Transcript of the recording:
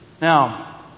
now